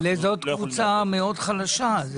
אבל זאת קבוצה מאוד חלשה.